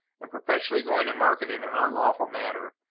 and perpetually going to market in an unlawful manner,